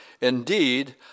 Indeed